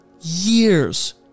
years